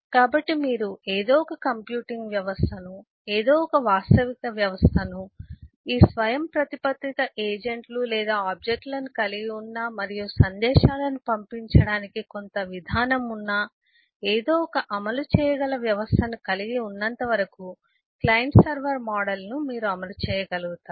కాబట్టి మీరు ఏదో ఒక కంప్యూటింగ్ వ్యవస్థను ఏదో ఒక వాస్తవిక వ్యవస్థను మీరు ఈ స్వయంప్రతిపత్త ఏజెంట్లు లేదా ఆబ్జెక్ట్ లను కలిగి ఉన్నమరియు సందేశాలను పంపించడానికి కొంత విధానం ఉన్న ఏదో ఒక అమలు చేయగల వ్యవస్థను కలిగి ఉన్నంతవరకు క్లయింట్ సర్వర్ మోడల్ ను మీరు అమలు చేయగలుగుతారు